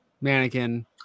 mannequin